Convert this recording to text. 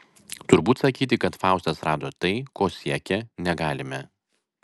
turbūt sakyti kad faustas rado tai ko siekė negalime